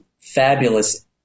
fabulous